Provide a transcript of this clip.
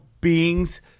beings